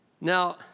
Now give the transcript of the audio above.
Now